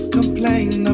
complain